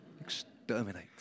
Exterminate